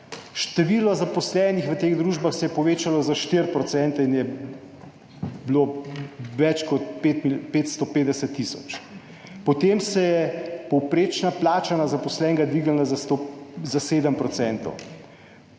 Število zaposlenih v teh družbah se je povečalo za 4 % in je bilo več kot 550 tisoč. Potem se je povprečna plača na zaposlenega dvignila za 7 %.